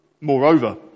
Moreover